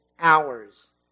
hours